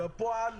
בפועל,